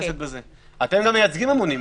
אתם גם מייצגים המונים.